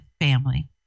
family